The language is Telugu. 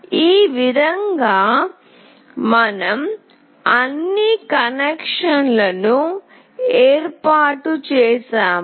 ఈ విధంగా మనం అన్ని కనెక్షన్లను ఏర్పాటు చేసాము